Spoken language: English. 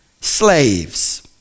Slaves